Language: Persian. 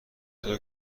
چطور